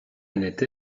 annette